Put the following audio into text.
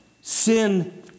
sin